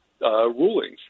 rulings